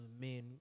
men